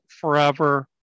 forever